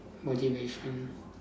motivation